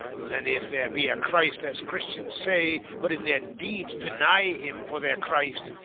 then, if there be a christ, as christians say, but in their deeds deny him for their christ,